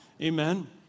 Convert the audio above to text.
Amen